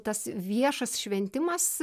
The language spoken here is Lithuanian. tas viešas šventimas